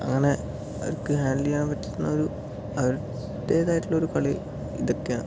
അങ്ങനെ അവർക്ക് ഹാൻഡിൽ ചെയ്യാൻ പറ്റുന്ന ഒരു അവരുടേതായിട്ടുള്ളൊരു കളി ഇതൊക്കെയാണ്